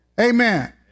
Amen